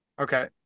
Okay